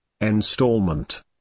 installment